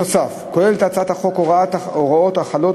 נוסף על כך כוללת הצעת החוק הוראות החלות